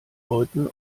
leuten